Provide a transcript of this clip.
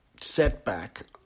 setback